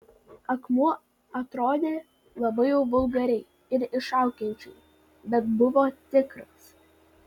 akmuo atrodė labai jau vulgariai ir iššaukiančiai bet buvo tikras